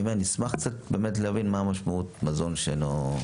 אני אומר נשמח קצת באמת להבין מה המשמעות מזון שהוא לא.